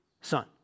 son